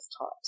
taught